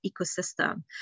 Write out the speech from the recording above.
ecosystem